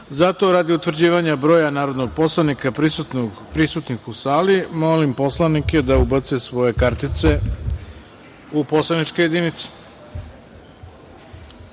poslanika. Radi utvrđivanja broja narodnih poslanika prisutnih u sali, molim poslanike da ubace svoje kartice u poslaničke jedinice.